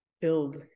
build